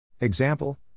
Example